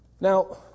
Now